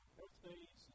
birthdays